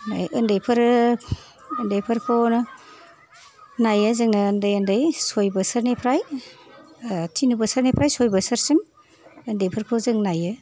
उन्दैफोर उन्दैफोरखौनो नायो जोङो उन्दै उन्दै सय बोसोरनिफ्राय थिन बोसोरनिफ्राय सय बोसोरसिम उन्दैफोरखौ जों नायो